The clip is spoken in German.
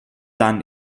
dann